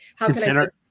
Consider